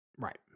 Right